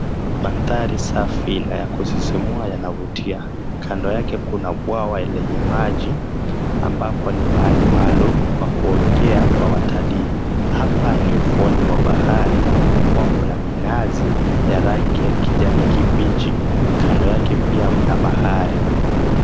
Mandhari safi na ya kusisimua yanavutia. Kando yake, kuna bwawa lenye maji ambapo ni mahali maalum pa kuogea pa watalii. Hapa ni ufuoni mwa bahari kwa kuwa kuna minazi ya rangi ya kijani kibichi, kando yake pia mna bahari.